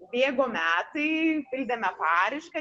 bėgo metai pildėme paraišką